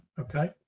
Okay